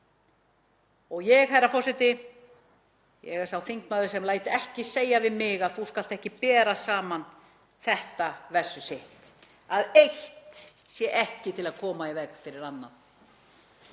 fólk. Herra forseti. Ég er sá þingmaður sem lætur ekki segja við mig: Þú skalt ekki bera saman þetta versus hitt, að eitt sé ekki til að koma í veg fyrir annað.